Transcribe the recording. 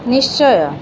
ନିଶ୍ଚୟ